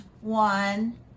one